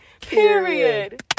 period